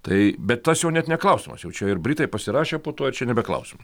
tai bet tas jau net ne klausimas jau čia ir britai pasirašė po tuo ir čia nebe klausimas